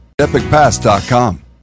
EpicPass.com